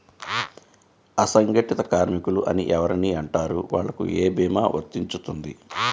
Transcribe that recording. అసంగటిత కార్మికులు అని ఎవరిని అంటారు? వాళ్లకు ఏ భీమా వర్తించుతుంది?